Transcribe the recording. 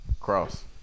Cross